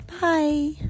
Bye